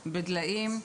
בדליים,